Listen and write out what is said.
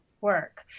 work